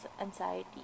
anxiety